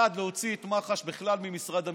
1. להוציא את מח"ש בכלל ממשרד המשפטים,